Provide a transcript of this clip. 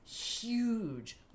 huge